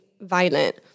violent